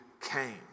came